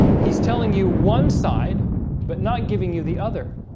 he's telling you one side but not giving you the other